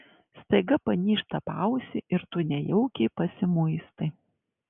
staiga panyžta paausį ir tu nejaukiai pasimuistai